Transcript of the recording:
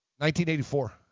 1984